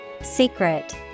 Secret